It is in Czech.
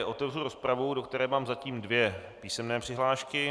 Otevřu rozpravu, do které mám zatím dvě písemné přihlášky.